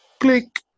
click